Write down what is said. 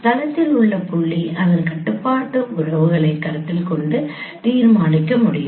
தளத்தில் உள்ள புள்ளி அதன் கட்டுப்பாட்டு உறவுகளை கருத்தில் கொண்டு தீர்மானிக்க முடியும்